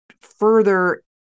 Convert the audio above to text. further